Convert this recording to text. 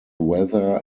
weather